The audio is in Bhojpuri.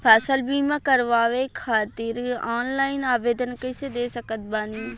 फसल बीमा करवाए खातिर ऑनलाइन आवेदन कइसे दे सकत बानी?